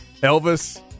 Elvis